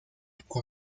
con